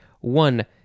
One